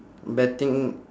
betting